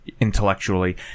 intellectually